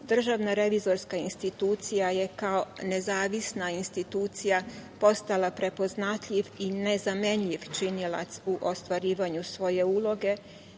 rada i proizvoda, DRI je kao nezavisna institucija postala prepoznatljiv i nezamenljiv činilac u ostvarivanju svoje uloge